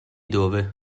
dove